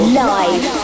live